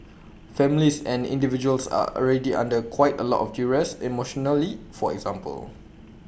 families and individuals are already under quite A lot of duress emotionally for example